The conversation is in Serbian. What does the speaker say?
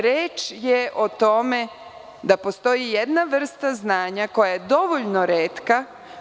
Reč je o tome da postoji jedna vrsta znanja koja je dovoljno retka.